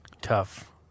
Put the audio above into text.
tough